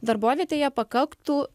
darbovietėje pakaktų